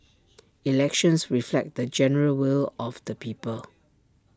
elections reflect the general will of the people